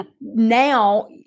now